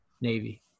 navy